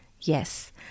Yes